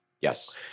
Yes